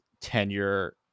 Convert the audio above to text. tenure